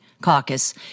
caucus